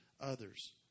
others